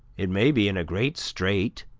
it may be in a great strait,